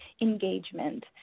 engagement